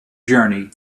journey